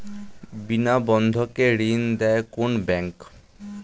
বিনা বন্ধকে ঋণ দেয় কোন ব্যাংক?